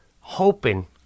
hoping